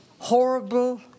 Horrible